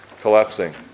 collapsing